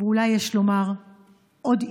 ואולי יש לומר עוד אישה,